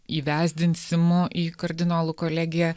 įvesdinsimu į kardinolų kolegiją